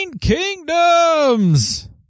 kingdoms